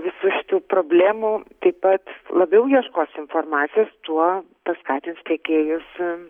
visų šitų problemų taip pat labiau ieškos informacijos tuo paskatins tiekėjus